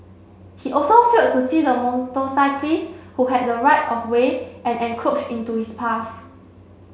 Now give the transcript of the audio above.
he also failed to see the motorcyclist who had the right of way and encroached into his path